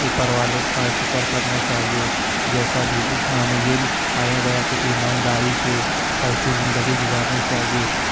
اوپر والے کا شکر کرنا چاہیے جیسا بھی اس میں ہمیں یہ بھی سکھایا گیا کہ ایمان داری سے کیسے زندگی گزارنی چاہیے